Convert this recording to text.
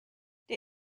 der